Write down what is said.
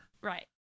Right